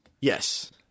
Yes